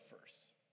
first